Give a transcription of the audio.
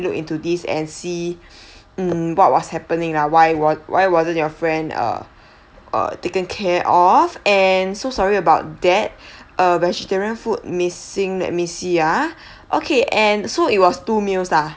look into this and see mm what was happening lah why wa~ why wasn't your friend uh uh taken care of and so sorry about that uh vegetarian food missing let me see ah okay and so it was two meals lah